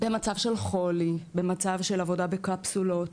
במצב של חולי, במצב של עבודה בקפסולות